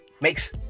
makes